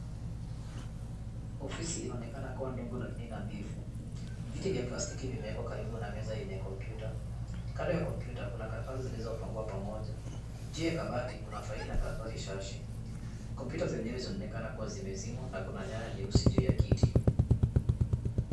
Ofisi inaonekana kuwa ndogo lakini nadhifu, viti vya plastiki vimewekwa karibu na meza yenye kompyuta, kando ya kompyuta kuna karatasi zilizopangwa pamoja, juu ya kabati kuna faili na karatasi chache, kompyuta zenyewe zinaonekana kuwa zimezimwa na kuna nyaya nyeusi juu ya kiti